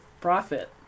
profit